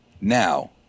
Now